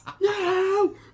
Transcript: No